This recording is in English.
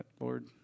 Lord